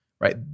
right